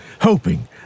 hoping